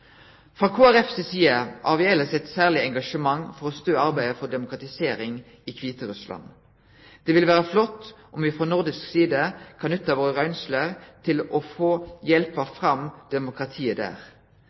si side har me elles eit særleg engasjement for å stø arbeidet for demokratisering i Kviterussland. Det ville vere flott om me frå nordisk side kan nytte våre røynsler til å